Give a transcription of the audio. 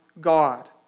God